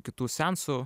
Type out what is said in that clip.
kitų seansų